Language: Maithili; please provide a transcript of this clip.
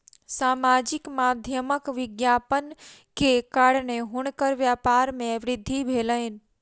सामाजिक माध्यमक विज्ञापन के कारणेँ हुनकर व्यापार में वृद्धि भेलैन